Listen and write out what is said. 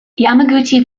yamaguchi